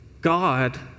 God